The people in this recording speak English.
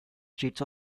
streets